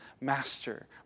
master